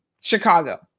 Chicago